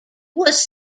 was